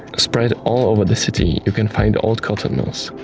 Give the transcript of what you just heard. spread all over the city, you can find old cotton mills.